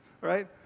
right